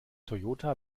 toyota